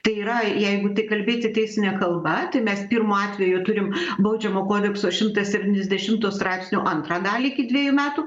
tai yra jeigu taip kalbėti teisine kalba tai mes pirmu atveju turim baudžiamo kodekso šimtas septyniasdešimto straipsnio antrą dalį iki dviejų metų